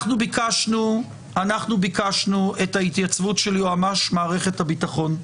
אנחנו ביקשנו את ההתייצבות של יועמ"ש מערכת הביטחון,